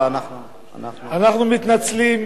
אנחנו מתנצלים.